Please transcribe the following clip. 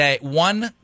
one